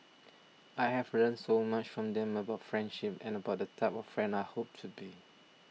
I have learnt so much from them about friendship and about the type of friend I hope to be